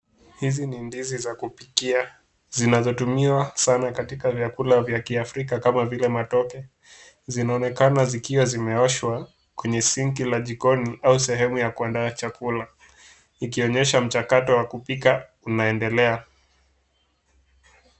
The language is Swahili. Hizi ni ndizi za kupikia, zinazotumiwa sana katika vyakula vya kiafrika kama vile matoke, zinaonekana zikiwa zimeoshwa kwenye sinki la jikoni au sehemu la kuandaa chakula, ikioyesha mchakato wa kupika unaendelea.